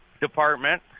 Department